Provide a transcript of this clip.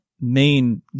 main